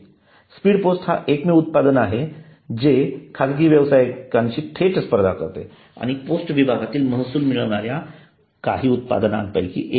speed post हे एकमेव उत्पादन आहे जे खाजगी व्यवसायिकांशी थेट स्पर्धा करते आणि ते पोस्ट विभागातील महसूल मिळवणाऱ्या काही उत्पादनांपैकी एक आहे